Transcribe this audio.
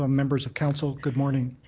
ah members of council, good morning.